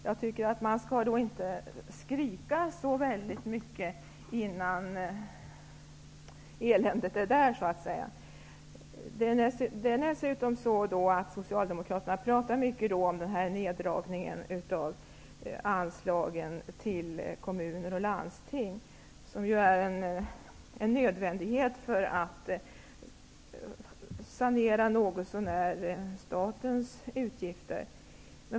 Jag tycker inte att man skall skrika så mycket innan eländet är här. Dessutom pratar Socialdemokraterna mycket om neddragningar av anslagen till kommuner och landsting, som ju är en nödvändighet för att något så när sanera statens utgifter.